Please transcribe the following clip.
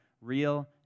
real